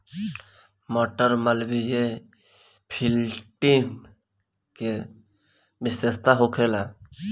मटर मालवीय फिफ्टीन के का विशेषता होखेला?